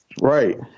Right